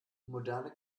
moderne